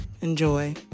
Enjoy